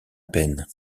peine